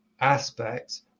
aspects